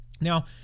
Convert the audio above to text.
Now